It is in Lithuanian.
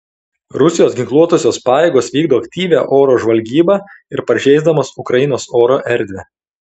rusijos ginkluotosios pajėgos vykdo aktyvią oro žvalgybą ir pažeisdamos ukrainos oro erdvę